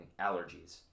allergies